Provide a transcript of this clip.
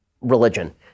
religion